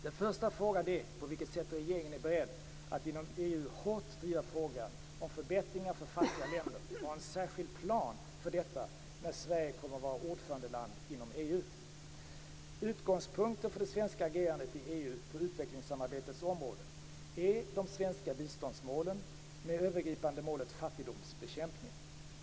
Den första frågan är på vilket sätt regeringen är beredd att inom EU hårt driva frågan om förbättringar för fattiga länder och ha en särskild plan för detta när Sverige kommer att vara ordförandeland inom EU. Utgångspunkten för det svenska agerandet i EU på utvecklingssamarbetets område är de svenska biståndsmålen med det övergripande målet fattigdomsbekämpning.